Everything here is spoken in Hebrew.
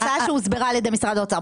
הצעה שהוסברה על ידי משרד האוצר.